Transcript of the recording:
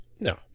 No